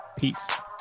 Peace